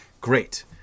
Great